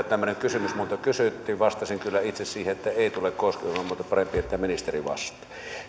tämmöinen kysymys minulta kysyttiin vastasin kyllä itse siihen että ei tule koskemaan mutta parempi että ministeri vastaa